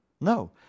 No